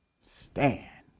stand